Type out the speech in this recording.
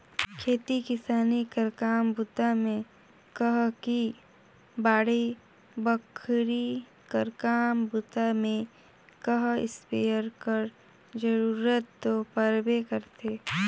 खेती किसानी कर काम बूता मे कह कि बाड़ी बखरी कर काम बूता मे कह इस्पेयर कर जरूरत दो परबे करथे